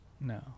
No